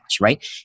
right